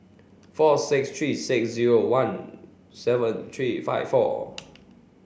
four six three six zero one seven three five four